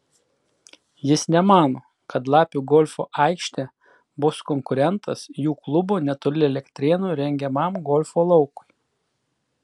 jis nemano kad lapių golfo aikštė bus konkurentas jų klubo netoli elektrėnų rengiamam golfo laukui